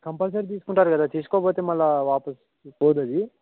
compulsory తీసుకుంటారు కదా తీసుకోకపోతే మళ్ళీ వాపస్ పోదు అది